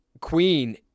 Queen